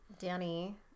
Danny